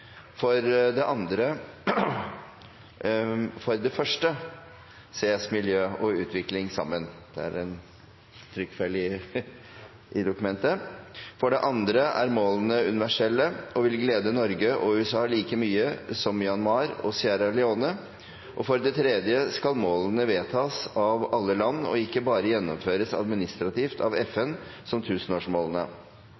for det første er opptatt av å sjå samanhengen mellom miljø og utvikling. Det andre er at måla blir universelle og vil gjelde Noreg og USA like mykje som alle andre land, med eksempel som Myanmar og Sierra Leona, som representanten Hansson skriv i interpellasjonen. For det tredje skal måla fastsetjast av alle land og ikkje berre gjennomførast administrativt av